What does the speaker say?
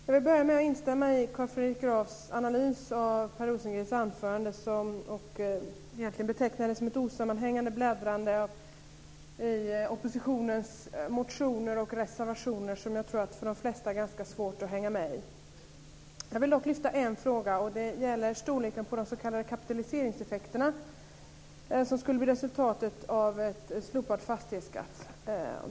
Fru talman! Jag vill börja med att instämma i Carl Fredrik Grafs analys av Per Rosengrens anförande, som kan betecknas som ett osammanhängande bläddrande i oppositionens motioner och reservationer - något som var svårt att hänga med i för de flesta. Jag vill dock lyfta fram en fråga, nämligen storleken på de s.k. kapitaliseringseffekterna som skulle bli resultatet av en slopad fastighetsskatt.